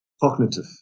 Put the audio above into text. cognitive